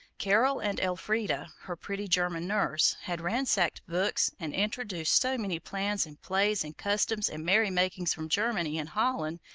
carol and elfrida, her pretty german nurse, had ransacked books and introduced so many plans, and plays, and customs and merry-makings from germany, and holland,